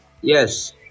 yes